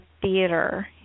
theater